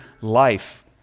life